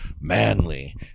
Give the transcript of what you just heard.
manly